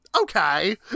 okay